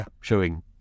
showing